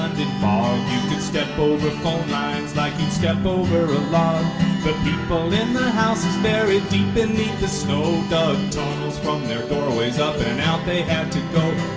um step over phone lines like you'd step over a log the people in the houses buried deep beneath the snow dug tunnels from their doorways up and out they had to go